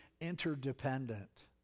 interdependent